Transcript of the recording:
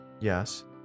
Yes